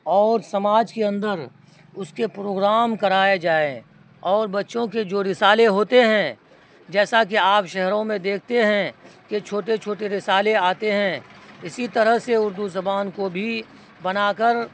اور سماج کے اندر اس کے پروگرام کرائے جائیں اور بچوں کے جو رسالے ہوتے ہیں جیسا کہ آپ شہروں میں دیکھتے ہیں کہ چھوٹے چھوٹے رسالے آتے ہیں اسی طرح سے اردو زبان کو بھی بنا کر